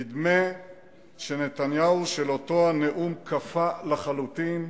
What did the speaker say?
נדמה שנתניהו של אותו הנאום קפא לחלוטין,